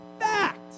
fact